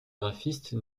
graphiste